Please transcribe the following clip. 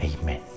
Amen